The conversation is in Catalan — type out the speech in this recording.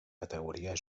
categoria